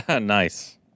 Nice